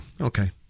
okay